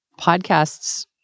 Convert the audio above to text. podcasts